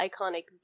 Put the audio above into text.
iconic